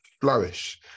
flourish